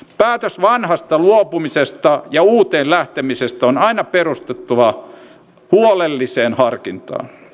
päätöksen vanhasta luopumisesta ja uuteen lähtemisestä on aina perustuttava huolelliseen harkintaan